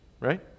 right